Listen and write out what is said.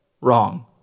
wrong